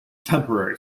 temporary